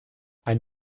ein